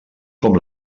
com